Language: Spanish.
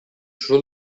sus